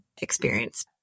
experience